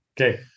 Okay